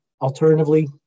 Alternatively